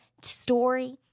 story